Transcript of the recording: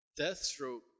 Deathstroke